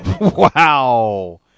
Wow